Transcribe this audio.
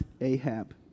Ahab